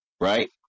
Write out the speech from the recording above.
right